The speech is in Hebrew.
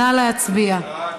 נא להצביע.